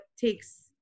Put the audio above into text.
takes